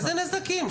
איזה נזקים?